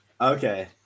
Okay